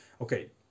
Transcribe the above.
Okay